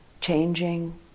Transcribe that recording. changing